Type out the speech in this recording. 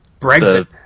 Brexit